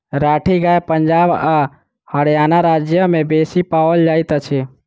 राठी गाय पंजाब आ हरयाणा राज्य में बेसी पाओल जाइत अछि